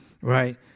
right